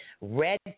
Red